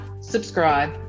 subscribe